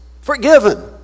forgiven